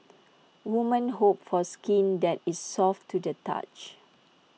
women hope for skin that is soft to the touch